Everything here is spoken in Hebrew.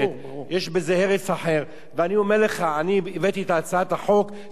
אני אומר לך שהבאתי את הצעת החוק בעקבות מקרים שקרו,